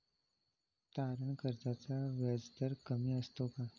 तारण कर्जाचा व्याजदर कमी असतो का?